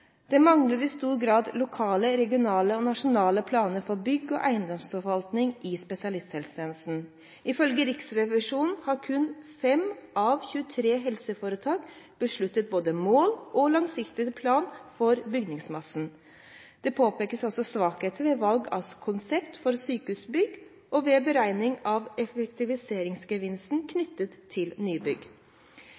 Det mangler i stor grad lokale, regionale og nasjonale planer for bygg og eiendomsforvaltning i spesialisthelsestjenesten. Ifølge Riksrevisjonen har kun fem av 23 helseforetak besluttet både mål og langsiktig plan for bygningsmassen. Det påpekes også svakheter ved valg av konsept for sykehusbygg og ved beregningen av effektiviseringsgevinsten